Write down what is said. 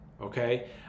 okay